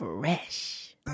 Fresh